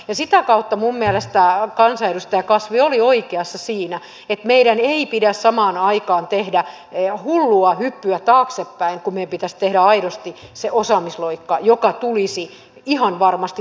ja sitä kautta minun mielestä kansanedustaja kasvi oli oikeassa siinä että meidän ei pidä samaan aikaan tehdä hullua hyppyä taaksepäin kun meidän pitäisi tehdä aidosti se osaamisloikka joka tulisi ihan varmasti takaisin